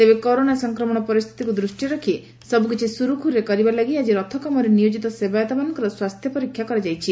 ତେବେ କରୋନା ସଂକ୍ରମଣ ପରିସ୍ଥିତିକୁ ଦୂଷ୍ଟିରେ ରଖ୍ ସବୁ କିଛି ସୁରୁଖୁରରେ କରିବା ଲାଗି ଆଜି ରଥକାମରେ ନିୟୋଜିତ ସେବାୟତମାନଙ୍କର ସ୍ୱାସ୍ଥ୍ୟ ପରୀକ୍ଷା କରାଯାଇଛି